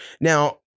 Now